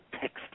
text